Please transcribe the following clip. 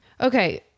Okay